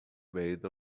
made